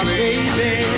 baby